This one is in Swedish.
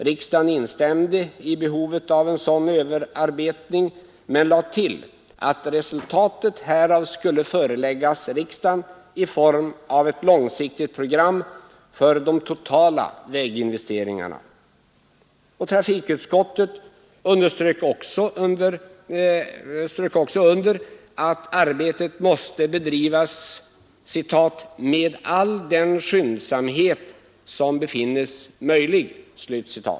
Riksdagen instämde i behovet av sådan överarbetning men tillfogade att resultatet härav skulle föreläggas riksdagen i form av ett långsiktigt program för de totala väginvesteringarna. Trafikutskottet strök också under att arbetet måste bedrivas ”med all den skyndsamhet som befinnes möjlig”.